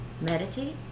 meditate